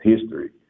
history